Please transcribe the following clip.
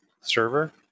server